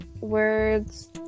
words